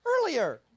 earlier